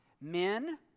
men